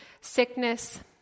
sickness